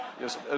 Yes